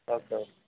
okay okay